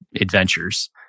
adventures